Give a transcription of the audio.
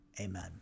Amen